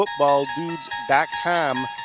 footballdudes.com